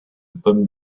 pommes